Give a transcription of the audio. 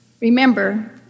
Remember